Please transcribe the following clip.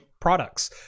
products